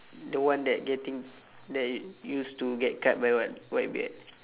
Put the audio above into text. the one that getting that used to get cut by white whitebeard